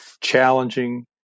challenging